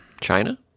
China